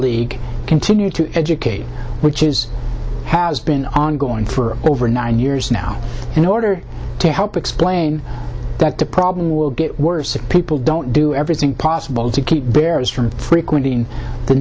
y continue to educate which is has been ongoing for over nine years now in order to help explain that the problem will get worse if people don't do everything possible to keep bears from frequenting the